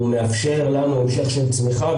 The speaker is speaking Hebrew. הוא מאפשר לנו המשך של צמיחה,